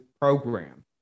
program